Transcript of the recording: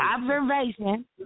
Observation